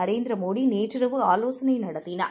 நரேந்திரமோடிநேற்றி ரவுஆலோசனைநடத்தினார்